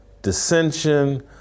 dissension